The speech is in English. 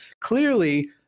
clearly